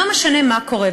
לא משנה מה קורה.